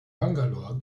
bangalore